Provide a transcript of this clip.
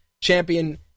champion